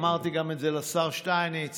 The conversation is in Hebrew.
אמרתי את זה גם לשר שטייניץ,